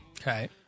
okay